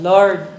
Lord